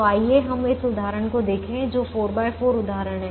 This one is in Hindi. तो आइए हम इस उदाहरण को देखें जो 44 उदाहरण है